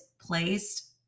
placed